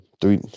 Three